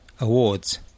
Awards